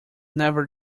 never